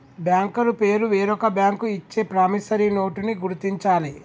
banker పేరు వేరొక bank ఇచ్చే ప్రామిసరీ నోటుని గుర్తించాలి